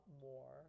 more